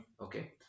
okay